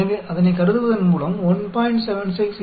எனவே அதனை கருதுவதன் மூலம் 1